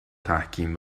تحکیم